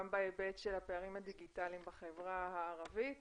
גם בהיבט של הפערים הדיגיטליים בחברה הערבית